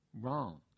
wrong